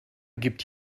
gibt